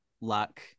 luck